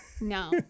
No